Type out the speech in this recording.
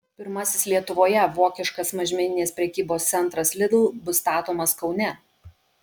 pirmasis lietuvoje vokiškas mažmeninės prekybos centras lidl bus statomas kaune